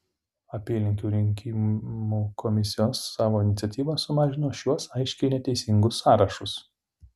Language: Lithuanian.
apylinkių rinkimų komisijos savo iniciatyva sumažino šiuos aiškiai neteisingus sąrašus